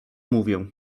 mówię